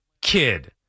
kid